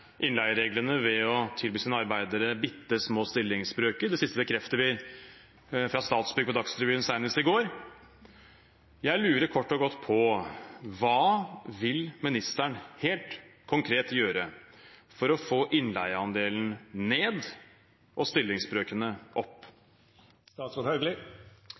innleiereglene ved å tilby sine arbeidere bitte små stillingsbrøker. Det siste fikk vi bekreftet fra Statsbygg på Dagsrevyen senest i går. Jeg lurer kort og godt på hva ministeren vil gjøre, helt konkret, for å få innleieandelen ned og stillingsbrøkene opp.